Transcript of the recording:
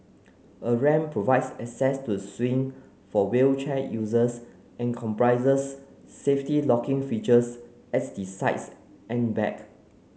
a ramp provides access to the swing for wheelchair users and comprises safety locking features at the sides and back